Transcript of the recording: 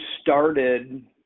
started